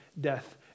death